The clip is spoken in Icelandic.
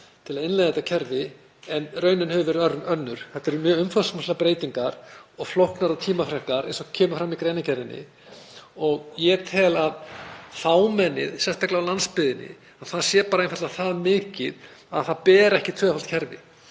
til að innleiða þetta kerfi en raunin hefur verið önnur. Þetta eru mjög umfangsmiklar breytingar og flóknar og tímafrekar, eins og kemur fram í greinargerðinni. Ég tel að fámennið, sérstaklega á landsbyggðinni, sé einfaldlega það mikið að það beri ekki tvöfalt kerfi.